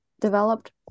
developed